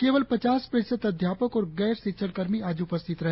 केवल पचास प्रतिशत अध्यापक और गैर शिक्षणकर्मी आज उपस्थित रहे